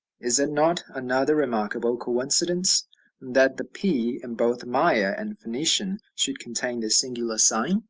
is it not another remarkable coincidence that the p, in both maya and phoenician, should contain this singular sign?